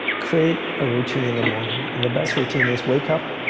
create a routine in the morning and the best routine is wake up